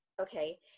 okay